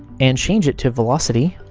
and change it to velocity,